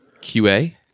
QA